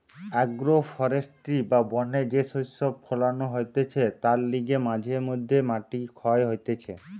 agro forestry বা বনে যে শস্য ফোলানো হতিছে তার লিগে মাঝে মধ্যে মাটি ক্ষয় হতিছে